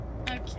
Okay